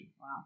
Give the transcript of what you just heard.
Wow